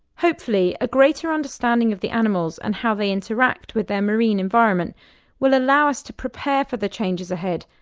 hopefully a greater understanding of the animals and how they interact with their marine environment will allow us to prepare for the changes ahead,